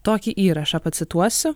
tokį įrašą pacituosiu